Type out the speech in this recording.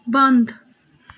بنٛد